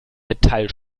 metall